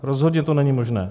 Rozhodně to není možné.